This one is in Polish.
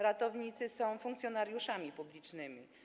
Ratownicy są funkcjonariuszami publicznymi.